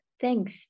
Thanks